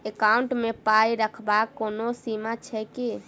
Account मे पाई रखबाक कोनो सीमा छैक की?